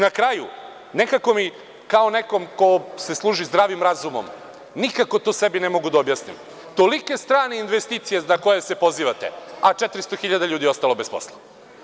Na kraju, nekako mi, kao nekome ko se služi zdravim razumom, nikako to sebi ne mogu da objasnim, tolike strane investicije na koje se pozivate, a 400.000 ljudi ostalo bez posla.